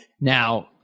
now